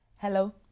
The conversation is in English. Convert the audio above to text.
Hello